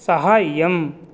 साहाय्यम्